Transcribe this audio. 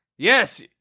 Yes